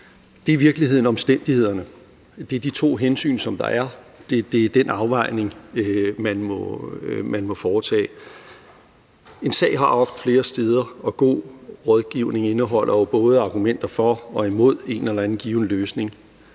Det er i virkeligheden omstændighederne; det er de to hensyn, som der er, og det den afvejning, man må foretage. En sag har ofte flere sider, og en god rådgivning indeholder jo både argumenter for og imod en eller anden given løsning.